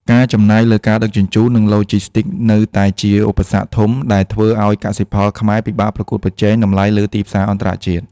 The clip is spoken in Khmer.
ការចំណាយលើការដឹកជញ្ជូន និងឡូជីស្ទីកនៅតែជាឧបសគ្គធំ ដែលធ្វើឱ្យកសិផលខ្មែរពិបាកប្រកួតប្រជែងតម្លៃលើទីផ្សារអន្តរជាតិ។